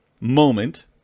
moment